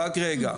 רק רגע,